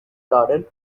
garden